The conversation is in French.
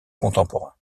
contemporain